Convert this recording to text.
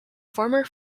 former